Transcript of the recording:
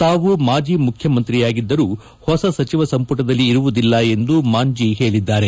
ತಾವು ಮಾಜಿ ಮುಖ್ಯಮಂತ್ರಿಯಾಗಿದ್ದರೂ ಹೊಸ ಸಚಿವ ಸಂಪುಟದಲ್ಲಿ ಇರುವುದಿಲ್ಲ ಎಂದು ಮಾಂಜಿ ಹೇಳಿದ್ದಾರೆ